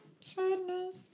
Sadness